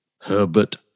Herbert